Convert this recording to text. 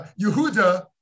Yehuda